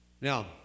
Now